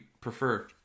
prefer